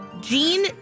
Jean